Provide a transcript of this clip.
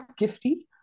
gifty